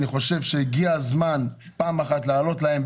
אני חושב שהגיע הזמן פעם אחת להעלות להן.